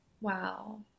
Wow